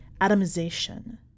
atomization